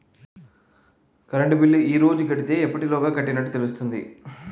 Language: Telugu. కరెంట్ బిల్లు ఈ రోజు కడితే ఎప్పటిలోగా కట్టినట్టు తెలుస్తుంది?